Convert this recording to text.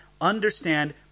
understand